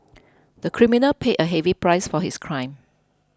the criminal paid a heavy price for his crime